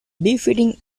befitting